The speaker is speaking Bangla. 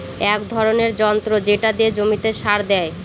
এক ধরনের যন্ত্র যেটা দিয়ে জমিতে সার দেয়